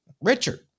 Richard